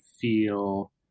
feel